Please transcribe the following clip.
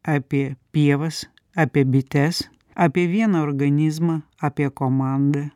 apie pievas apie bites apie vieną organizmą apie komandą